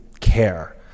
care